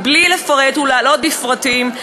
בלי לפרט ולהלאות בפרטים,